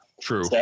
True